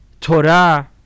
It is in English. Torah